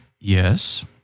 Yes